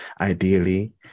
ideally